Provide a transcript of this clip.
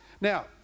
Now